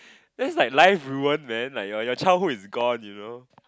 that's like life ruin man like your your childhood is gone you know